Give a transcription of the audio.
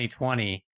2020